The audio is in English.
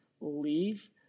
leave